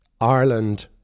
Ireland